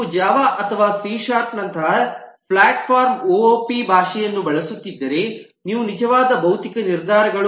ನೀವು ಜಾವಾ ಅಥವಾ ಸಿ ಶಾರ್ಪ್ನಂತಹ ಪ್ಲಾಟ್ಫಾರ್ಮ್ ಒಒಪಿ ಭಾಷೆಯನ್ನು ಬಳಸುತ್ತಿದ್ದರೆ ಅವು ನಿಜವಾದ ಭೌತಿಕ ನಿರ್ಧಾರಗಳು